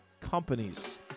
companies